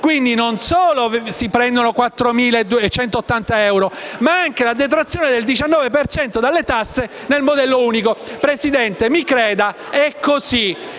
Quindi, non solo si prendono 4.180 euro, ma anche la detrazione del 19 per cento dalle tasse nel modello unico. Signor Presidente, mi creda, è così